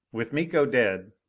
with miko dead,